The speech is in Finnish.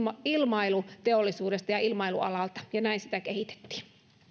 ilmailuteollisuudesta ja ilmailualalta ja näin sitä kehitettiin